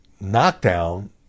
knockdown